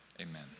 Amen